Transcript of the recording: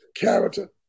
character